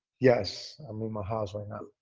yes. i'm in my house right now.